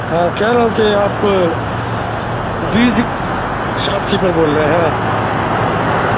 ہاں کہہ رہا ہو کہ آپ بیج شاپ کیپر بول رہے ہیں